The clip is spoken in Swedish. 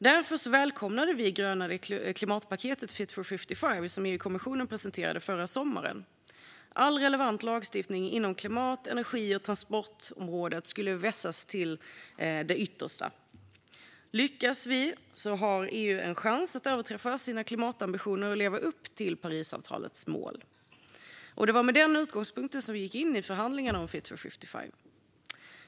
Därför välkomnade vi gröna det klimatpaket, Fit for 55, som EU-kommissionen presenterade förra sommaren. All relevant lagstiftning inom klimat-, energi och transportområdet skulle vässas till det yttersta. Lyckas detta har EU en chans att överträffa sina klimatambitioner och leva upp till Parisavtalets mål. Det var med den utgångspunkten vi gick in i förhandlingarna om Fit for 55.